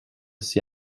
sie